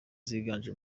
ziganje